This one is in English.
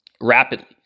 rapidly